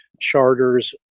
charters